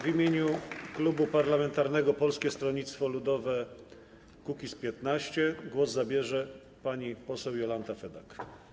W imieniu klubu parlamentarnego Polskie Stronnictwo Ludowe - Kukiz15 głos zabierze pani poseł Jolanta Fedak.